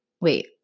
wait